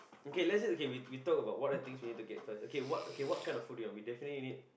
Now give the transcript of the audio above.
okay let's say okay we talk about what other things we need to get first okay what what kind of food we definitely need